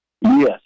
Yes